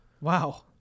Wow